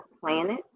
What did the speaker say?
planet